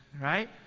right